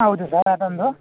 ಹೌದು ಸರ್ ಅದೊಂದು